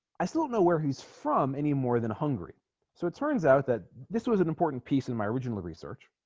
i so don't know where he's from any more than hungry so it turns out that this was an important piece in my original research